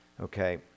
Okay